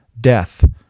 death